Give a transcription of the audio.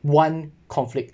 one conflict